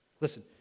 Listen